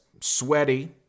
sweaty